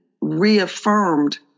reaffirmed